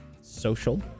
social